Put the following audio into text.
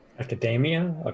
academia